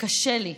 וקשה לי,